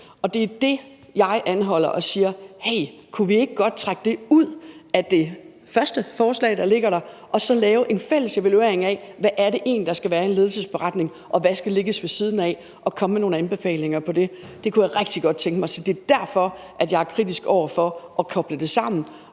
og det er derfor, jeg anholder det og siger: Hey, kunne vi ikke godt trække det ud af det første forslag, der ligger der, og så lave en fælles evaluering af, hvad der egentlig skal være i en ledelsesberetning, og hvad der skal ligge ved siden af, og så komme med nogle anbefalinger på det. Det kunne jeg rigtig godt tænke mig. Så det er derfor, jeg er kritisk over for at koble det sammen